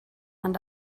and